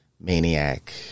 Maniac